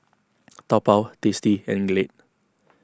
Taobao Tasty and Glade